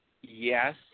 yes